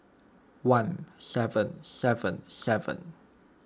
one seven seven seven